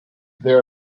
there